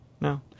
No